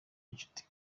inshuti